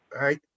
right